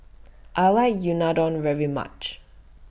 I like Unadon very much